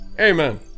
Amen